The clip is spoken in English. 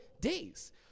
days